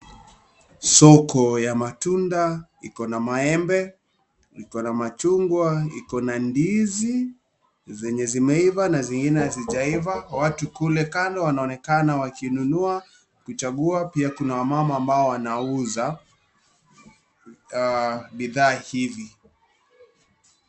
Soko ya matunda, iko na maembe, iko na machungwa, iko na ndizi zenye zimeiva na zingine hazijaiva. Watu kule kando, wanaonekana wakinunua, kuchagua. Pia, kuna wamama ambao wanauza bidhaa hivi.